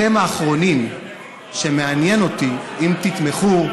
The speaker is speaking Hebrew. אתם האחרונים שמעניין אותי אם תתמכו,